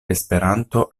esperanto